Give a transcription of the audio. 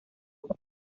iba